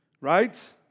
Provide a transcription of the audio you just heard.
right